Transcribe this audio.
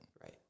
Right